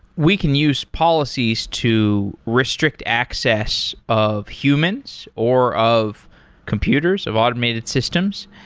we can use policies to restrict access of humans or of computers, of automated systems.